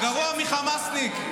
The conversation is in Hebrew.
הגרוע מחמאסניק,